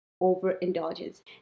overindulgence